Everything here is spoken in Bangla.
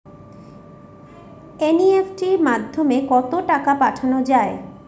এন.ই.এফ.টি মাধ্যমে কত টাকা পাঠানো যায়?